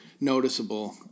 noticeable